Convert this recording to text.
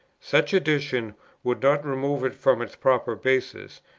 such additions would not remove it from its proper basis,